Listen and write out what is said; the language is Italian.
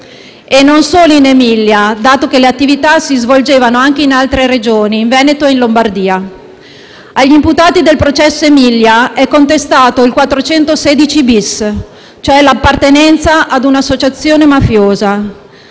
e non solo in Emilia, dato che le attività si svolgevano anche in altre Regioni, come Veneto e Lombardia. Agli imputati nel processo Aemilia è contestato il 416*-bis*, cioè l'appartenenza a una associazione mafiosa.